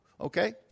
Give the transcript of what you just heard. okay